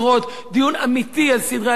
דיון אמיתי על סדרי עדיפויות,